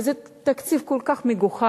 וזה תקציב כל כך מגוחך.